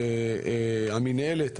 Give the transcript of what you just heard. המינהלת,